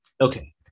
Okay